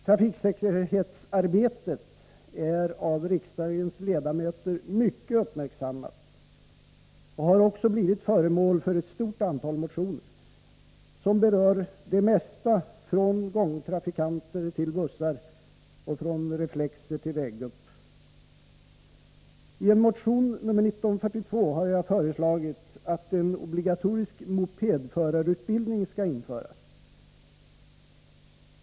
Trafiksäkerhetsarbetet är mycket uppmärksammat av riksdagens ledamöter och har också blivit föremål för ett stort antal motioner, som berör det mesta från gångtrafikanter till bussar och från reflexer till väggupp. I motion nr 1942 har jag föreslagit att en obligatorisk mopedförarutbildning skall införas.